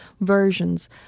versions